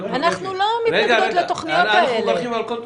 אנחנו מברכים על כל תכנית.